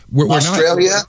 Australia